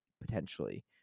potentially